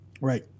Right